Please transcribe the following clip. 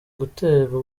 guterwa